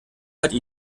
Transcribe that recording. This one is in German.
hatte